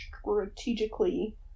strategically